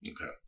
Okay